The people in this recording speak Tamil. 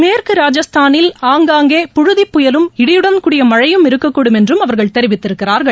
மேற்கு ராஜஸ்தானில் ஆங்கபாங்கே புழுதிப்புயலும் இடியுடன் கூடிய மழையும் இருக்கக்கூடும் என்றும் அவர்கள் தெரிவித்திருக்கிறார்கள்